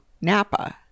Napa